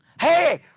Hey